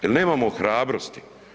Jer nemamo hrabrosti.